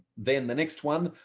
then the next one,